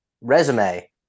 resume